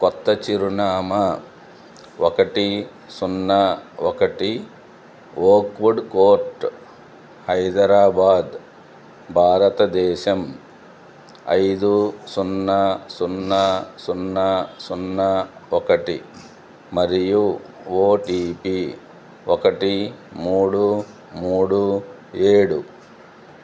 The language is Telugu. కొత్త చిరునామా ఒకటి సున్నా ఒకటి ఓక్వుడ్ కోర్ట్ హైదరాబాద్ భారతదేశం ఐదు సున్నా సున్నా సున్నా సున్నా ఒకటి మరియు ఓటీపీ ఒకటి మూడు మూడు ఏడు